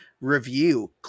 review